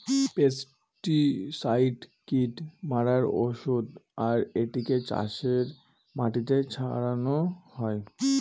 pesticide কীট মারার ঔষধ আর এটিকে চাষের মাটিতে ছড়ানো হয়